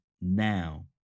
now